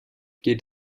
geht